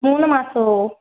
മൂന്നുമാസമോ